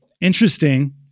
interesting